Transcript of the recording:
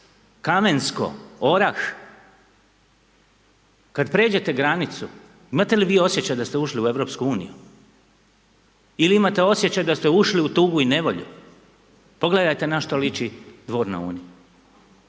Kamensko, Orah, kad pređete granicu imate li vi osjećaj da ste ušli u EU il imate osjećaj da ste ušli u tugu i nevolju, pogledajte na što liči Dvor na Uni.